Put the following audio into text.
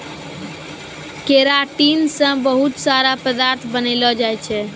keratin से बहुत सारा पदार्थ बनलो जाय छै